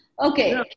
Okay